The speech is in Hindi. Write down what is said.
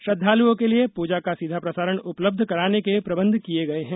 श्रद्वालुओं के लिए पूजा का सीधा प्रसारण उपलब्ध कराने के प्रबंध किये गए हैं